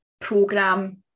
program